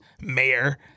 Mayor